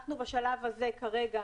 אנחנו בשלב הזה כרגע